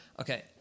okay